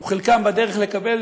או חלקם בדרך לקבל